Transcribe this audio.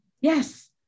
yes